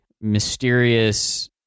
mysterious